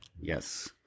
Yes